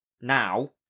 now